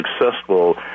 successful